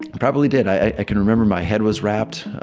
probably did. i can remember my head was wrapped.